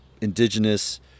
indigenous